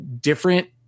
different